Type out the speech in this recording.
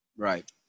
Right